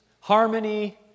Harmony